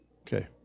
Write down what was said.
Okay